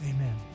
Amen